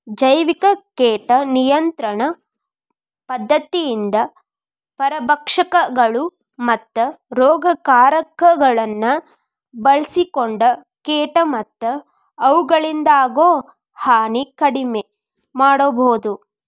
ಜೈವಿಕ ಕೇಟ ನಿಯಂತ್ರಣ ಪದ್ಧತಿಯಿಂದ ಪರಭಕ್ಷಕಗಳು, ಮತ್ತ ರೋಗಕಾರಕಗಳನ್ನ ಬಳ್ಸಿಕೊಂಡ ಕೇಟ ಮತ್ತ ಅವುಗಳಿಂದಾಗೋ ಹಾನಿ ಕಡಿಮೆ ಮಾಡಬೋದು